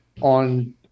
on